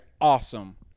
Awesome